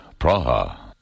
Praha